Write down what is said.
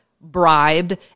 bribed